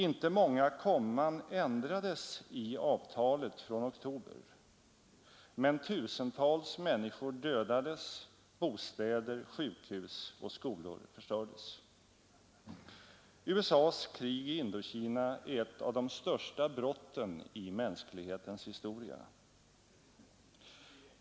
Inte många komman ändrades i avtalet från oktober, men tusentals människor dödades, bostäder, sjukhus och skolor förstördes. USA:s krig i Indokina är ett av de största brotten i mänsklighetens historia.